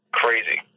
crazy